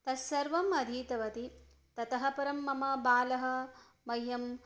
तस्सर्वम् अधीतवति ततः परं मम बालः मह्यं